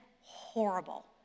horrible